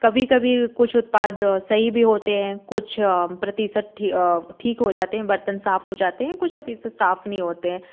कभी कभी कुछ उत्पाद सही भी होते है कुछ प्रतिशत ठीक हो जाते है बर्तन साफ हो जाते है कुछ प्रतिशत साफ नहीं होते है